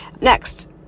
Next